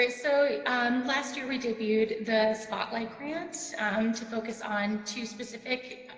ah so and last year we debuted the spotlight grant to focus on two specific